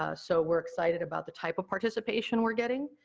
ah so, we're excited about the type of participation we're getting.